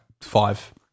five